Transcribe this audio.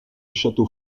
château